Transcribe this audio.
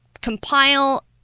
compile